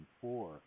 four